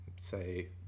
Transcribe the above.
say